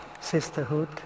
sisterhood